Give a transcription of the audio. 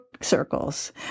circles